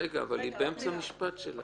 רגע, אבל היא באמצע המשפט.